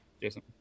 Jason